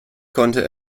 konnte